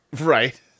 Right